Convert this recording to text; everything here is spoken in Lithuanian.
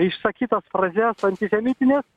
išsakytas frazes antisemitines